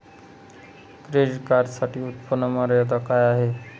Credit कार्डसाठी उत्त्पन्न मर्यादा काय आहे?